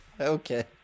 Okay